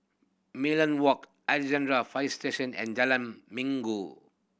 Merlion Walk Alexandra Fire Station and Jalan Minggu